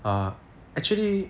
err actually